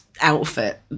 outfit